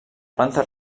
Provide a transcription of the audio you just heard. planta